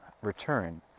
return